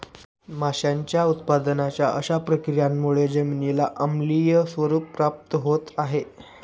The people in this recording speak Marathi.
माशांच्या उत्पादनाच्या अशा प्रक्रियांमुळे जमिनीला आम्लीय स्वरूप प्राप्त होत आहे